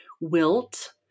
wilt